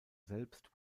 selbst